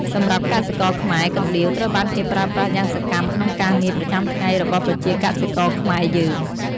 សម្រាប់កសិករខ្មែរ កណ្ដៀវ ត្រូវបានគេប្រើប្រាស់យ៉ាងសកម្មក្នុងការងារប្រចាំថ្ងៃរបស់ប្រជាកសិករខ្មែរយើង។